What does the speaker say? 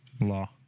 Law